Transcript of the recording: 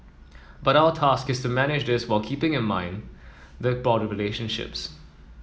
but our task is to manage this whilst keeping in mind the broader relationships